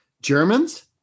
Germans